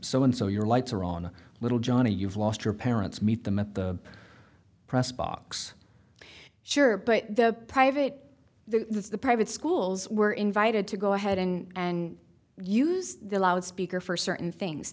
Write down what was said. so and so your lights are on little johnny you've lost your parents meet them at the press box sure but the private the private schools were invited to go ahead and use the loudspeaker for certain things